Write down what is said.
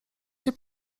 się